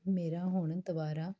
ਮੇਰਾ ਹੁਣ ਦੁਬਾਰਾ